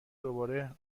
دوباره